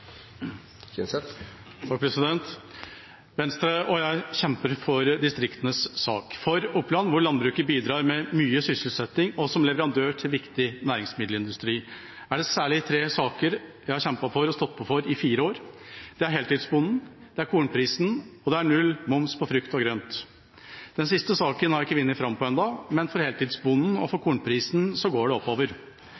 Venstre og jeg kjemper distriktenes sak. For Oppland, hvor landbruket bidrar med mye sysselsetting og som leverandør til viktig næringsmiddelindustri, er det særlig tre saker jeg har kjempet for og stått på for i fire år. Det er heltidsbonden, det er kornprisen, og det er null moms på frukt og grønt. Den siste saken har jeg ikke vunnet fram med ennå, men for heltidsbonden og for